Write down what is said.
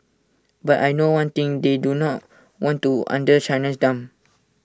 but I know one thing they do not want to under China's thumb